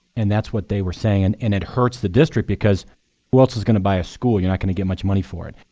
and that's what they were saying. and and it hurts the district because who else is going to buy a school? you're not going to get much money for it.